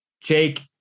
Jake